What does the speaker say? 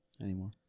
anymore